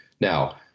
Now